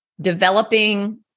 developing